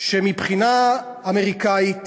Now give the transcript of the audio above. שמבחינה אמריקנית